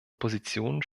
positionen